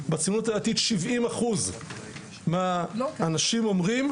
בציונות הדתית 70% מהאנשים אומרים,